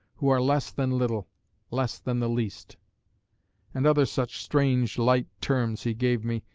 who are less than little less than the least and other such strange light terms he gave me,